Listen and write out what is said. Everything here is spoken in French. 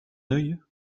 œil